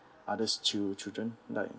others ch~ children like